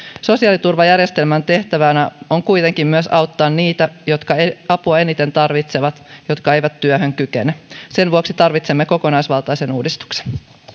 sosiaaliturvajärjestelmän tehtävänä on kuitenkin myös auttaa niitä jotka apua eniten tarvitsevat ja jotka eivät työhön kykene sen vuoksi tarvitsemme kokonaisvaltaisen uudistuksen